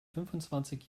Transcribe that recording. fünfundzwanzig